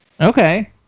Okay